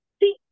See